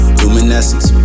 luminescence